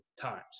times